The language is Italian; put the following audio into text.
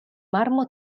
marmo